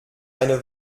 eine